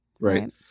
right